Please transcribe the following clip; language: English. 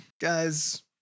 guys